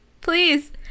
Please